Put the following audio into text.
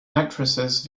actresses